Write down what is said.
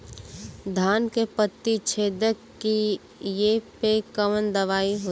धान के पत्ती छेदक कियेपे कवन दवाई होई?